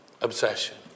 obsession